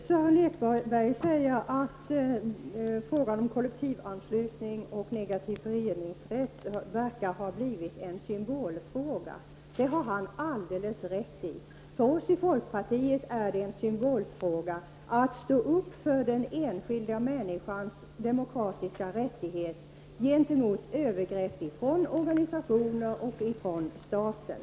Herr talman! Sören Lekberg sade att frågan om kollektivanslutning och negativ föreningsrätt förefaller att ha blivit en symbolfråga. Det har han alldeles rätt i. För oss i folkpartiet är det en symbolfråga att stå upp för den enskilda människans demokratiska rättighet gentemot övergrepp från organisationer och från staten.